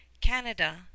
Canada